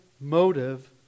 motive